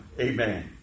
Amen